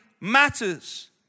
matters